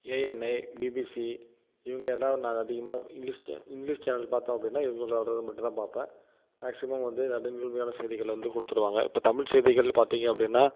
ANI BBC இவங்க தான் நான் அதிகமாக இங்கிலிஷ் சே இங்கிலிஷ் சேனல் பார்த்தோம் அப்படினா இவங்களோடது மட்டும் தான் பார்ப்பேன் மேக்சிமம் வந்து நடுநிலமையான செய்திகளை வந்து கொடுத்துருவாங்க இப்போ தமிழ் செய்திகள் பார்த்திங்க அப்படினா